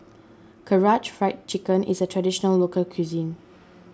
Karaage Fried Chicken is a Traditional Local Cuisine